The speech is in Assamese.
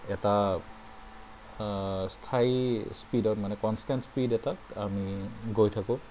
এটা স্থায়ী স্পীডত মানে কনষ্টেণ্ড স্পীড এটাত আমি গৈ থাকোঁ